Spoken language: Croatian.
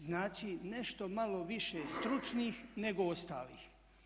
Znači nešto malo više stručnih nego ostalih.